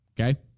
Okay